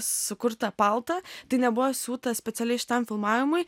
sukurtą paltą tai nebuvo siūtas specialiai šitam filmavimui